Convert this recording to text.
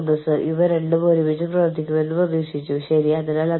അന്താരാഷ്ട്ര മാനവ വിഭവശേഷി വിവര സംവിധാനങ്ങളുമായുള്ള പ്രശ്നങ്ങൾ